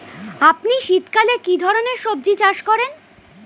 আপনি শীতকালে কী ধরনের সবজী চাষ করেন?